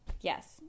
Yes